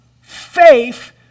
Faith